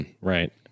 Right